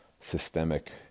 systemic